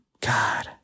God